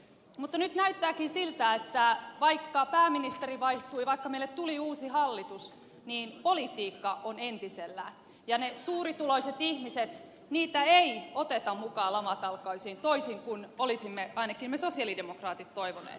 mutta nyt näyttääkin siltä että vaikka pääministeri vaihtui vaikka meille tuli uusi hallitus niin politiikka on entisellään ja niitä suurituloisia ihmisiä ei oteta mukaan lamatalkoisiin toisin kuin olisimme ainakin me sosialidemokraatit toivoneet